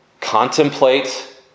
Contemplate